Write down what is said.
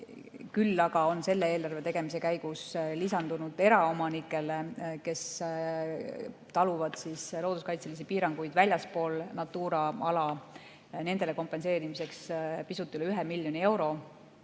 Küll aga on selle eelarve tegemise käigus lisandunud eraomanikele, kes peavad taluma looduskaitselisi piiranguid väljaspool Natura ala, selle kompenseerimiseks pisut üle 1 miljoni euro.